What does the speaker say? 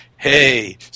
Hey